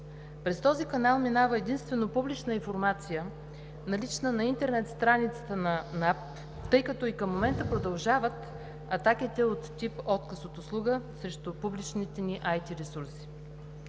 През този канал минава единствено публична информация, налична на интернет страницата на НАП, тъй като и към момента продължават атаките от тип „отказ от услуга“ срещу публичните ни АТ ресурси.